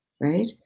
right